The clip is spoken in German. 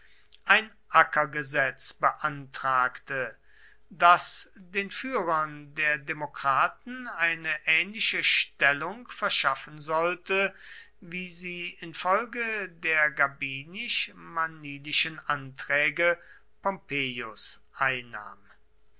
ein ackergesetz beantragte das den führern der demokraten eine ähnliche stellung verschaffen sollte wie sie infolge der gabinisch manilischen anträge pompeius einnahm